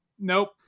nope